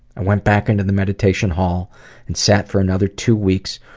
i went back into the meditation hall and sat for another two weeks,